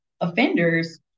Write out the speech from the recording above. offenders